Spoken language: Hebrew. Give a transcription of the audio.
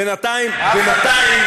בינתיים,